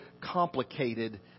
complicated